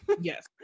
yes